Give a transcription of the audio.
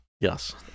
Yes